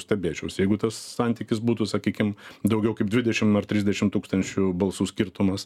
stebėčiausi jeigu tas santykis būtų sakykim daugiau kaip dvidešim ar trisdešim tūkstančių balsų skirtumas